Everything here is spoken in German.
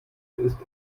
ist